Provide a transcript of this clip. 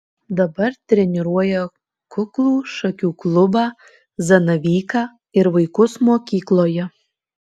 dabar treniruoja kuklų šakių klubą zanavyką ir vaikus mokykloje